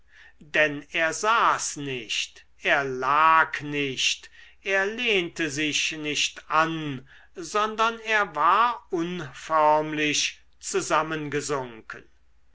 denn er saß nicht er lag nicht er lehnte sich nicht an sondern er war unförmlich